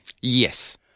Yes